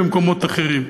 במקומות אחרים.